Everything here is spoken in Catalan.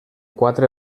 quatre